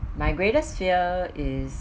my greatest fear is